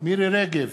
מירי רגב,